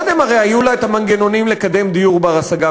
שגם קודם הרי היו לה המנגנונים לקדם דיור בר-השגה,